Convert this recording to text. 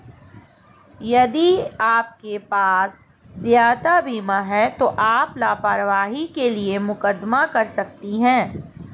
यदि आपके पास देयता बीमा है तो आप लापरवाही के लिए मुकदमा कर सकते हैं